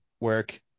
work